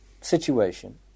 situation